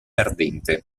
ardente